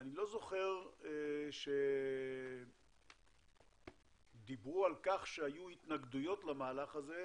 לא זוכר שדיברו על כך שהיו התנגדויות למהלך הזה,